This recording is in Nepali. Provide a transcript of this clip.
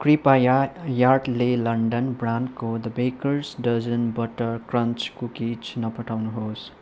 कृपया यार्डले लन्डन ब्रान्डको the baker's dozen butter crunch cookies नपठाउनुहोस्